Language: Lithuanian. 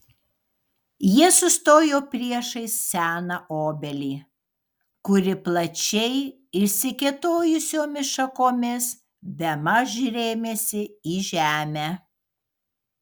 jie sustojo priešais seną obelį kuri plačiai išsikėtojusiomis šakomis bemaž rėmėsi į žemę